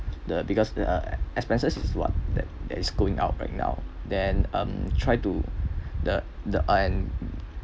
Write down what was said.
the biggest uh expenses is what that is going out right now then um try to the the